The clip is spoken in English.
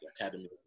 Academy